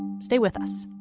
stay with us